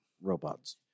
robots